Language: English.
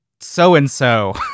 so-and-so